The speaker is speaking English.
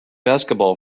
basketball